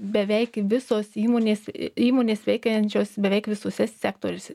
beveik visos įmonės įmonės veikiančios beveik visuose sektoriuose